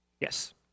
Yes